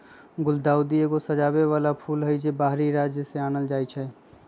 गुलदाऊदी एगो सजाबे बला फूल हई, जे बाहरी राज्य से आनल जाइ छै